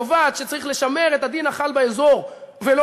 שקובעת שצריך לשמר את הדין החל באזור ולא